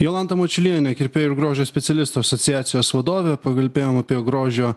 jolanta mačiulienė kirpėjų ir grožio specialistų asociacijos vadovė pakalbėjom apie grožio